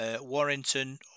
Warrington